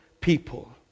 people